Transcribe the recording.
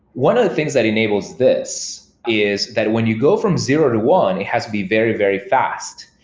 one of the things that enables this is that when you go from zero to one, it has to be very, very fast,